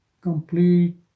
complete